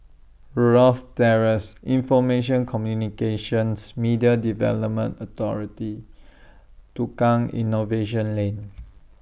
Rosyth Terrace Infomation Communications Media Development Authority Tukang Innovation Lane